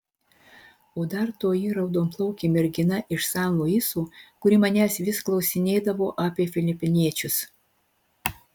o dar toji raudonplaukė mergina iš san luiso kuri manęs vis klausinėdavo apie filipiniečius